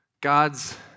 God's